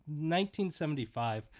1975